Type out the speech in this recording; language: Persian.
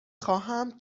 خواهمم